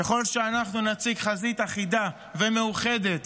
ככל שאנחנו נציג חזית אחידה ומאוחדת